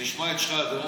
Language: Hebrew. תשמע את שחאדה,